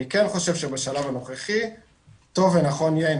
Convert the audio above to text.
אני כן חושב שבשלב הנוכחי טוב ונכון יהיה אם